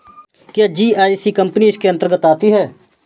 क्या GIC company इसके अन्तर्गत आती है?